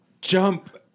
jump